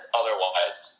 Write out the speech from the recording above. otherwise